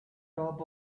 top